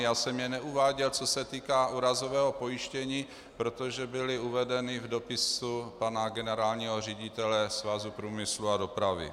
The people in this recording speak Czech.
Já jsem je neuváděl, co se týká úrazového pojištění, protože byly uvedeny v dopisu pana generálního ředitele Svazu průmyslu a dopravy.